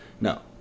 No